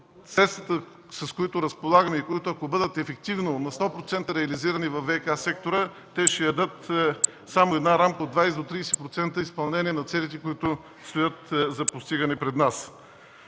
средствата, с които разполагаме, ако бъдат ефективни, на 100% реализирани във ВиК сектора, ще дадат рамка само от 20 30% изпълнение на целите, които стоят за постигане пред нас.